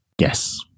Yes